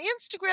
Instagram